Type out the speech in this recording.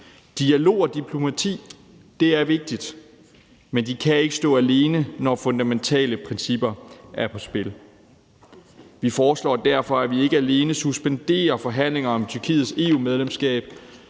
Dialog og diplomati er vigtigt, men det kan ikke stå alene, når fundamentale principper er på spil. Vi foreslår derfor, at vi suspenderer forhandlinger om Tyrkiets EU-medlemskab.